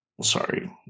sorry